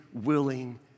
willing